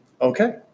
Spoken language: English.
Okay